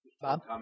Bob